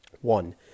One